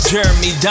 Jeremy